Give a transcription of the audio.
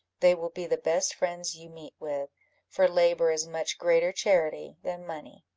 they will be the best friends you meet with for labour is much greater charity than money.